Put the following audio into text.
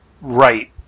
right